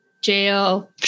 jail